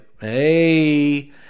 Hey